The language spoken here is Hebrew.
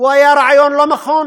היה רעיון לא נכון,